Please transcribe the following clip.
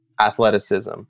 athleticism